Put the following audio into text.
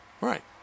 right